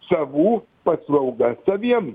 savų paslauga saviem